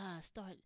start